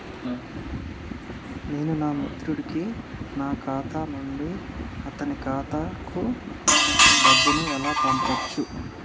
నేను నా మిత్రుడి కి నా ఖాతా నుండి అతని ఖాతా కు డబ్బు ను ఎలా పంపచ్చు?